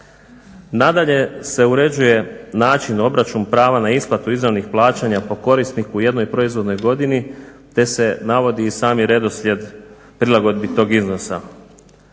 Nadalje se uređuje način obračun prava na isplatu izravnih plaćanja po korisniku u jednoj proizvodnoj godini te se navodi i sami redoslijed prilagodbi tog iznosa.